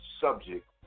subject